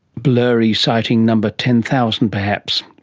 blurry sighting number ten thousand perhaps.